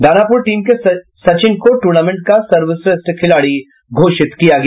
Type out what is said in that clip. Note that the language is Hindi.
दानापूर टीम के सचिन को टूर्नामेंट का सर्वश्रेष्ठ खिलाड़ी घोषित किया गया